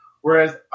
whereas